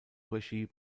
regie